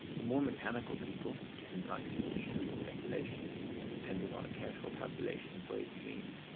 the more mechanical people to whom life is a shrewd speculation depending on a careful calculation of ways and means,